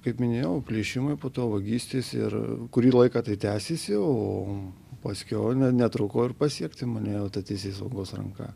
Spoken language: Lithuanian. kaip minėjau plėšimai po to vagystės ir kurį laiką tai tęsėsi o paskiau ne netruko ir pasiekti mane jau ta teisėsaugos ranka